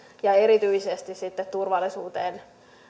ja erityisesti turvallisuuteen